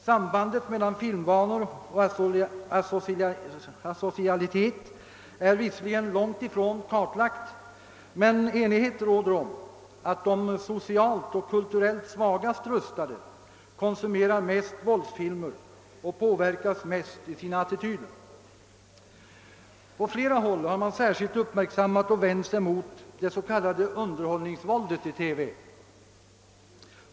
Sambandet mellan filmvanor och asocialitet är visserligen långtifrån kartlagt, men enighet råder om att de socialt och kulturellt svagast rustade konsumerar mest våldsfilmer och påverkas mest i sina attityder. På flera håll har man särskilt uppmärksammat och vänt sig emot det s.k. underhållningsvåldet i TV.